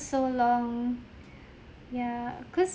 so long yeah cause